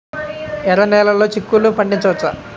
ఎర్ర నెలలో చిక్కుల్లో పండించవచ్చా?